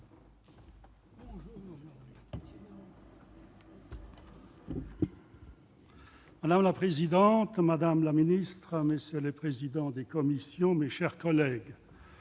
Madame la présidente, madame la secrétaire d'État, messieurs les présidents de commission, mes chers collègues,